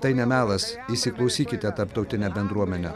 tai ne melas įsiklausykite tarptautine bendruomene